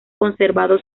conservado